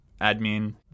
admin